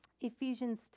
Ephesians